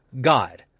God